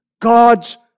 God's